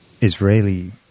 Israeli